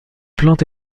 plante